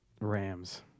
Rams